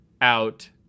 out